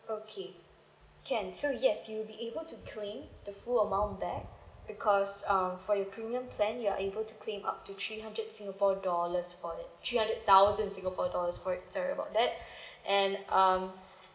okay can so yes you'll be able to claim the full amount back because uh for your premium plan you're able to claim up to three hundred singapore dollars for the three hundred thousand singapore dollars for sorry about that and um